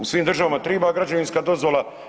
U svim državama triba građevinska dozvola.